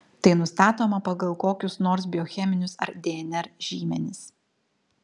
tai nustatoma pagal kokius nors biocheminius ar dnr žymenis